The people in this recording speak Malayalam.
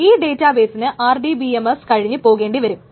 ഈ ഡേറ്റാബേസിന് RDBMS കഴിഞ്ഞു പോകേണ്ടിവരും